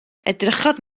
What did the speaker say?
edrychodd